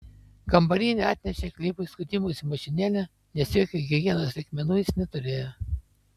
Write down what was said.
kambarinė atnešė klifui skutimosi mašinėlę nes jokių higienos reikmenų jis neturėjo